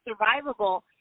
survivable